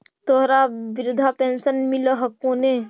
तोहरा वृद्धा पेंशन मिलहको ने?